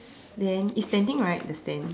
then it's standing right the stand